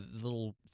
little